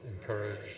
encourage